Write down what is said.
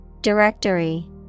Directory